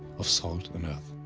of salt and earth.